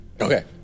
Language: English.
Okay